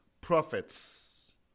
prophets